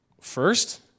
first